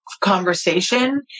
conversation